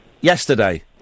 Yesterday